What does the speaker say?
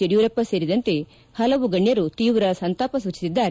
ಯಡಿಯೂರಪ್ಪ ಸೇರಿದಂತೆ ಹಲವು ಗಣ್ಯರು ತೀವ್ರ ಸಂತಾಪ ಸೂಚಿಸಿದ್ದಾರೆ